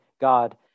God